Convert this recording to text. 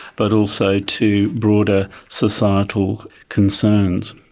but also to broader societal concerns.